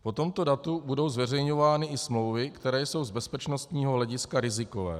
Po tomto datu budou zveřejňovány i smlouvy, které jsou z bezpečnostního hlediska rizikové.